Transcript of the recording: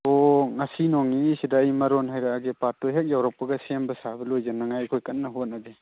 ꯑꯣ ꯉꯁꯤ ꯅꯣꯡ ꯅꯤꯅꯤꯁꯤꯗ ꯑꯩ ꯃꯔꯣꯟ ꯍꯥꯏꯔꯛꯑꯒꯦ ꯄꯥꯔꯠꯇꯨ ꯍꯦꯛ ꯌꯧꯔꯛꯄꯒ ꯁꯦꯝꯕ ꯁꯥꯕ ꯂꯣꯏꯁꯟꯅꯡꯉꯥꯏ ꯑꯩꯈꯣꯏ ꯀꯟꯅ ꯍꯣꯠꯅꯒꯦ